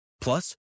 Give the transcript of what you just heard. Plus